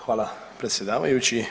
Hvala predsjedavajući.